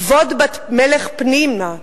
כבוד בת מלך פנימה.